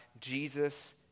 Jesus